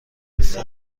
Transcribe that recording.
فوق